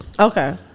Okay